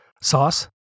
Sauce